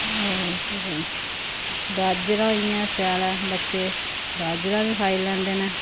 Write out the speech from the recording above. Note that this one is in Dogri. और फिर गाजरां होइयां स्यालै बच्चे गाजरां वी खाई लैंदे न